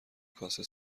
کاسه